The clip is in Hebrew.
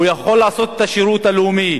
הוא יכול לעשות את השירות הלאומי.